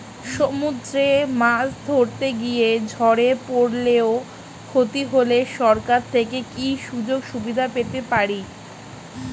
সমুদ্রে মাছ ধরতে গিয়ে ঝড়ে পরলে ও ক্ষতি হলে সরকার থেকে কি সুযোগ সুবিধা পেতে পারি?